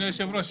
בסדר גמור.